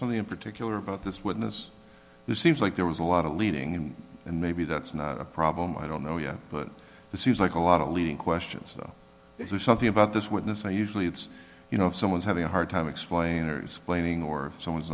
something in particular about this witness who seems like there was a lot of leaning in and maybe that's not a problem i don't know yet but it seems like a lot of leading questions is there something about this witness and usually it's you know if someone's having a hard time explainers planing or if someone's